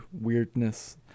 weirdness